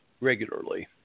regularly